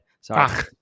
sorry